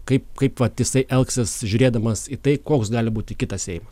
kaip kaip vat jisai elgsis žiūrėdamas į tai koks gali būti kitas seimas